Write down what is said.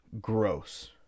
Gross